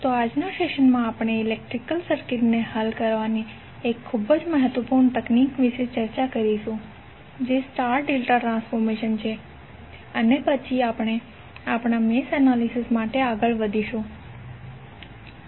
તો આજના સેશન માં આપણે ઇલેકટ્રીકેલ સર્કિટને હલ કરવાની 1 ખૂબ જ મહત્વપૂર્ણ તકનીક વિશે ચર્ચા કરીશું જે સ્ટાર ડેલ્ટા ટ્રાન્સફોર્મેશન છે અને પછી આપણે આપણા મેશ એનાલિસિસ માટે આગળ વધીશું